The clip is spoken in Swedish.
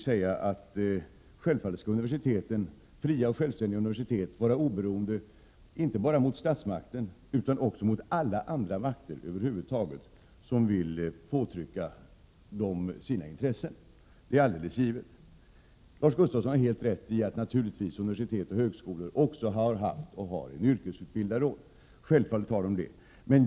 Självfallet skall fria och självständiga universitet vara oberoende inte bara gentemot statsmakten utan också gentemot andra makter som vill påtrycka dem sina intressen. Naturligtvis har Lars Gustafsson helt rätt i att universitet och högskolor har haft och fortfarande har en yrkesutbildarroll.